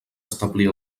establir